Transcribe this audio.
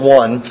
one